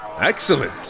Excellent